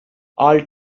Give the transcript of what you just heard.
all